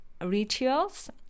rituals